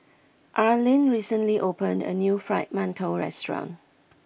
Arlyn recently opened a new Fried Mantou restaurant